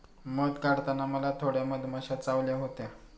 मध काढताना मला थोड्या मधमाश्या चावल्या होत्या